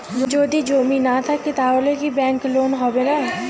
যদি জমি না থাকে তাহলে কি ব্যাংক লোন হবে না?